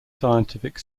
scientific